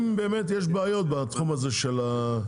אם באמת יש בעיות בתחום ההכנה.